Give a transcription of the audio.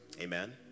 amen